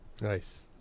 nice